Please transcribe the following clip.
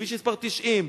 בכביש 90,